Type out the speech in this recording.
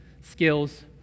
skills